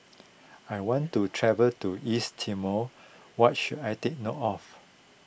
I want to travel to East Timor what should I take note of